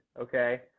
okay